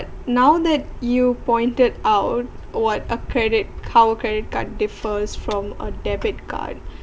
now that you pointed out what a credit card how credit card differs from a debit card